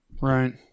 Right